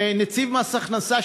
נציב מס הכנסה,